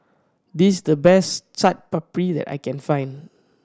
this the best Chaat Papri that I can find